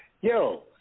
Yo